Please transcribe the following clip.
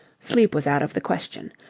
sleep was out of the question.